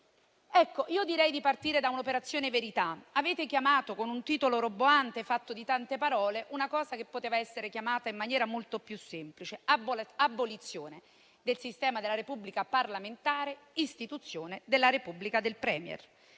Direi di partire da un'operazione verità: avete chiamato con un titolo roboante, fatto di tante parole, una cosa che poteva essere chiamata in maniera molto più semplice, ossia abolizione del sistema della Repubblica parlamentare, istituzione della Repubblica del *Premier*.